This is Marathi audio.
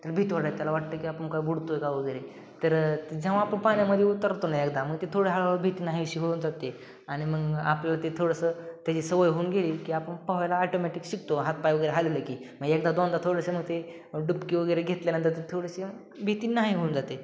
तर भीती वाटते त्याला वाटतं की आपण काय बुडतोय का वगैरे तर जेव्हा आपण पाण्यामध्ये उतरतो ना एकदा मग ते थोडं हळूहळू भीती नाहीशी होऊन जाते आणि मग आपलं ते थोडंसं त्याची सवय होऊन गेली की आपण पोहायला ऑटोमॅटिक शिकतो हातपाय वगैरे हलवले की मग एकदा दोनदा थोडंसं मग ते डुबकी वगैरे घेतल्यानंतर थोडंसं भीती नाही होऊन जाते